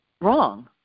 wrong